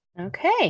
okay